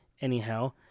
anyhow